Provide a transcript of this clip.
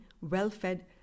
well-fed